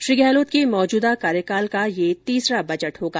श्री गहलोत के मौजूदा कार्यकाल का यह तीसरा बजट होगा